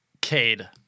Cade